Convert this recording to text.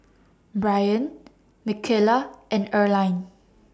Brien Michaela and Earline